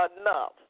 enough